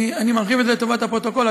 אני מרחיב את זה לטובת הפרוטוקול,